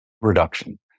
reduction